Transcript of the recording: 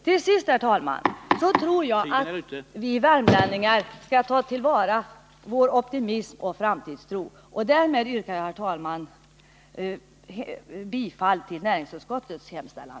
Till sist, herr talman, tror jag att vi värmlänningar får lov att ta till vara vår optimism och vår framtidstro. Därmed yrkar jag, herr talman, bifall till näringsutskottets hemställan.